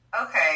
Okay